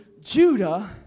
Judah